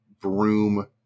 Broom